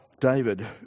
David